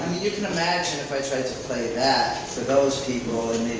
you can imagine if i tried to play that for those people